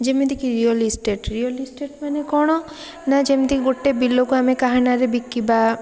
ଯେମିତିକି real estate real estate ମାନେ କ'ଣ ନା ଯେମିତି ଗୋଟେ ବିଲକୁ ଆମେ କାହା ନାଁରେ ବିକିବା